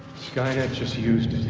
skynet just used